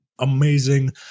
Amazing